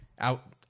out